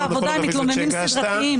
בינתיים מפלגת העבודה הם מתלוננים סדרתיים.